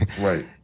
right